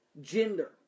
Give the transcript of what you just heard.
gender